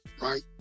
right